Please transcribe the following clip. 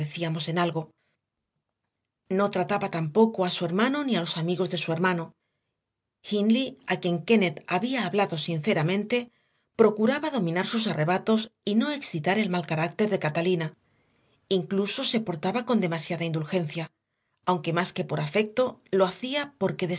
contradecíamos en algo no trataba tampoco a su hermano ni a los amigos de su hermano hindley a quien kennett había hablado sinceramente procuraba dominar sus arrebatos y no excitar el mal carácter de catalina incluso se portaba con demasiada indulgencia aunque más que por afecto lo hacía porque